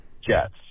Jets